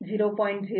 06 j 0